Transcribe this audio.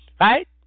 right